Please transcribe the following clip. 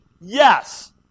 yes